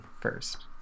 first